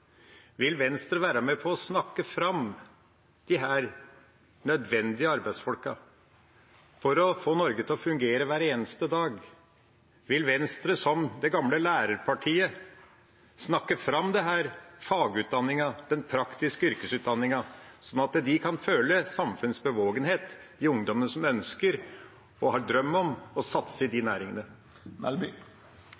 Vil Venstre være med på å snakke fram disse arbeidsfolkene som er nødvendige for å få Norge til å fungere hver eneste dag? Vil Venstre som det gamle lærerpartiet snakke fram fagutdanningen, den praktiske yrkesutdanningen, sånn at de kan føle samfunnets bevågenhet, de ungdommene som ønsker og har en drøm om å satse i de